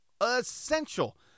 essential